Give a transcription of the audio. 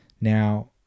now